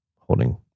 holding